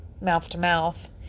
mouth-to-mouth